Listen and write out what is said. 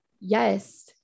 Yes